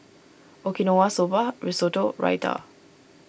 Okinawa Soba Risotto Raita